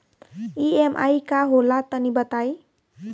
EMI का होला तनि बताई?